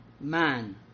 man